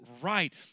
right